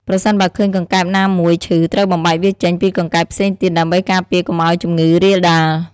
ប្រសិនបើឃើញកង្កែបណាមួយឈឺ ត្រូវបំបែកវាចេញពីកង្កែបផ្សេងទៀត ដើម្បីការពារកុំឲ្យជំងឺរាលដាល។